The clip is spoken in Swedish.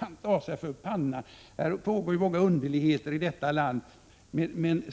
Man tar sig för pannan! Det pågår många underligheter i detta land.